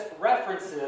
references